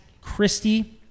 Christie